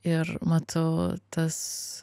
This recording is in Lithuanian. ir matau tas